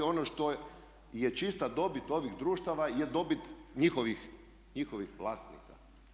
Ono što je čista dobit ovih društava je dobit njihovih vlasnika.